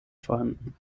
vorhanden